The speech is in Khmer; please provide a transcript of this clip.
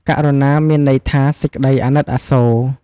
ករុណា មានន័យថា សេចក្តីអាណិតអាសូរ។